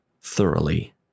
thoroughly